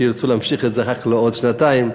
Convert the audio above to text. שירצו להמשיך את זה אחר כך לעוד שנתיים,